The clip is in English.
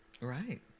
Right